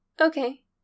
Okay